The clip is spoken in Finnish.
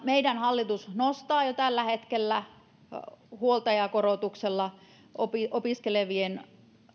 meidän hallituksemme nostaa jo tällä hetkellä huoltajakorotuksella opiskelevien